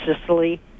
sicily